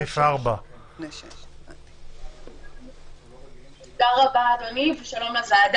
לסעיף 4. תודה רבה, אדוני, ושלום לוועדה.